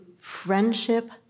friendship